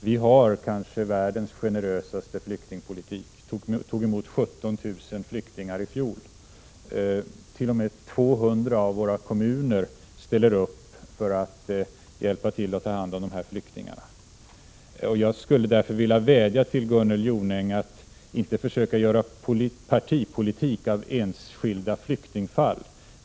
Vi har världens kanske mest generösa flyktingpolitik; vi tog emot 17 000 flyktingar i fjol. T.o.m. 200 svenska kommuner ställer upp för att hjälpa till att ta hand om flyktingarna. Jag skulle därför vilja vädja till Gunnel Jonäng att inte försöka göra partipolitik av enskilda flyktingfall.